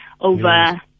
over